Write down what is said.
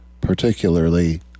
particularly